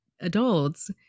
adults